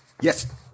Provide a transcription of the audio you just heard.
Yes